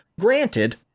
Granted